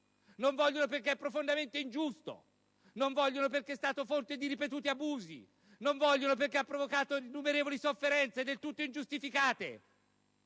Non vogliono perché è profondamente ingiusto; non vogliono perché è stato fonte di ripetuti abusi; non vogliono perché ha provocato innumerevoli sofferenze del tutto ingiustificate.